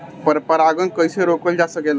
पर परागन कइसे रोकल जा सकेला?